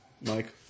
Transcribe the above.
Mike